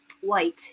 white